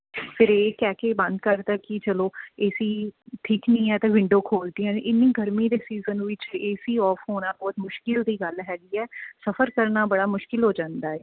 ਫਿਰ ਇਹ ਕਹਿ ਕੇ ਬੰਦ ਕਰ ਦਿੱਤਾ ਕਿ ਚੱਲੋ ਏਸੀ ਠੀਕ ਨਹੀਂ ਹੈ ਤਾਂ ਵਿੰਡੋ ਖੋਲ੍ਹ ਦਿੱਤੀਆਂ ਏਨੀ ਗਰਮੀ ਦੇ ਸੀਜ਼ਨ ਵਿੱਚ ਏਸੀ ਔਫ਼ ਹੋਣਾ ਬਹੁਤ ਮੁਸ਼ਕਿਲ ਦੀ ਗੱਲ ਹੈਗੀ ਹੈ ਸਫ਼ਰ ਕਰਨਾ ਬੜਾ ਮੁਸ਼ਕਿਲ ਹੋ ਜਾਂਦਾ ਹੈ